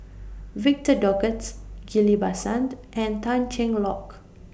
Victor Doggett Ghillie BaSan and Tan Cheng Lock